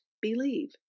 believe